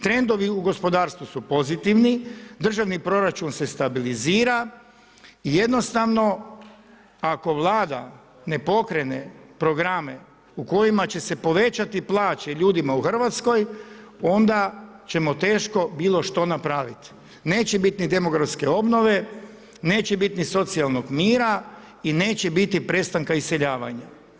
Trendovi u gospodarstvu su pozitivni, državni proračun se stabilizira i jednostavno ako Vlada ne pokrene programe u kojima će se povećati plaće ljudima u Hrvatskoj, onda ćemo teško bilo što napravit, neće biti ni demografske obnove, neće bit ni socijalnog mira i neće biti prestanka iseljavanja.